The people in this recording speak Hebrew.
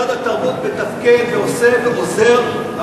משרד התרבות מתפקד ועושה ועוזר.